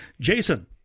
jason